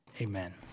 Amen